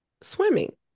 swimming